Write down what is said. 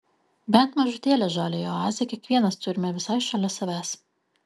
bent mažutėlę žaliąją oazę kiekvienas turime visai šalia savęs